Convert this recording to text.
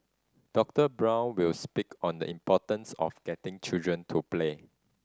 Doctor Brown will speak on the importance of getting children to play